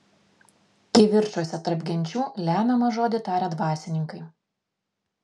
kivirčuose tarp genčių lemiamą žodį taria dvasininkai